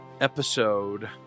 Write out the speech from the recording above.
episode